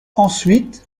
ensuite